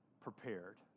prepared